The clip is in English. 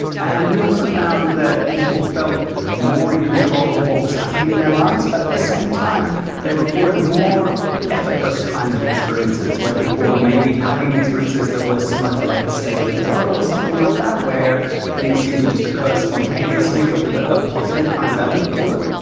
and we also found that people felt more in control of what was happening in their lives, but at the same time they reported more effortless kinds of experiences where people were maybe having experiences that were similar to like a state of flow or something like that because where things seems to just occur spontaneously but with ah a positive kind of element to it.